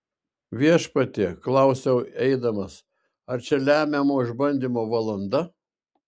viešpatie klausiau eidamas ar čia lemiamo išbandymo valanda